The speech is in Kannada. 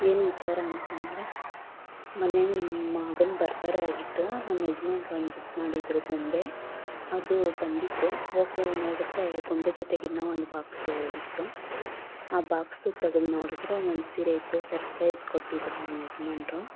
ಏನು ವಿಚಾರ ಅಂತಂದರೆ ಮೊನ್ನೆ ನಿಮ್ಮ ಮಗನ ಬರ್ತಡೆ ಆಗಿತ್ತು ನಮ್ಮ ಯಜಮಾನ್ರು ಒಂದು ಬುಕ್ ಮಾಡಿದ್ದರು ಗೊಂಬೆ ಅದು ಬಂದಿತ್ತು ಹೋಗಿ ನೋಡಿದರೆ ಗೊಂಬೆ ಜೊತೆಗೆ ಇನ್ನೂ ಒಂದು ಬಾಕ್ಸು ಇತ್ತು ಆ ಬಾಕ್ಸು ತೆಗೆದು ನೋಡಿದರೆ ಒಂದು ಸೀರೆ ಇತ್ತು ಸರ್ಪ್ರೈಸ್ ಕೊಟ್ಟಿದ್ದರು ನಮ್ಮ ಯಜಮಾನ್ರು